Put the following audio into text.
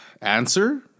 answer